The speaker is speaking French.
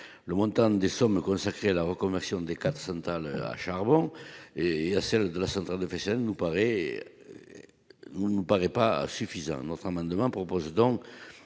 le montant des sommes consacrées à la reconversion des 4 centrales à charbon et à celle de la centrale de Fessenheim nous paraît vous ne paraît pas suffisant notre amendement propose donc